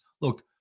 Look